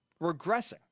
Regressing